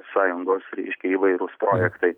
sąjungos reiškia įvairūs projektai